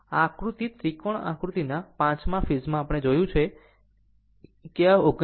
આમ આકૃતિ ત્રિકોણ આકૃતિના 5 મા ફેઝમાં આપણે જોયું છે કે આ 39